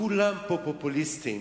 כולם פה פופוליסטים